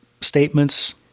statements